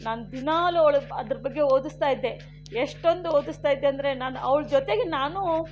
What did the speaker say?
ನಾನು ದಿನಾಲು ಅವಳಿಗೆ ಅದರ ಬಗ್ಗೆ ಓದಿಸ್ತಾ ಇದ್ದೆ ಎಷ್ಟೊಂದು ಓದಿಸ್ತಾ ಇದ್ದೆ ಅಂದರೆ ನಾನು ಅವಳ ಜೊತೆಗೆ ನಾನೂ